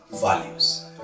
values